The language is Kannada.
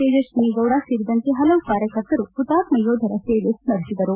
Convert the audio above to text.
ತೇಜಸ್ವಿನಿ ಗೌಡ ಸೇರಿದಂತೆ ಹಲವು ಕಾರ್ಯಕರ್ತರು ಹುತಾತ್ಮ ಯೋಧರ ಸೇವೆ ಸ್ಮರಿಸಿದರು